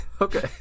Okay